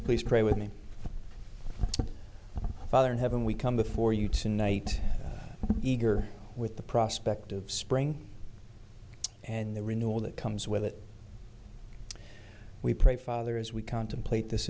please pray with me father in heaven we come before you tonight eager with the prospect of spring and the renewal that comes with it we pray father as we contemplate this